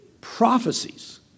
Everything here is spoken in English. prophecies